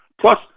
Plus